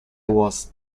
was